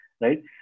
right